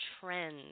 trends